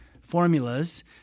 formulas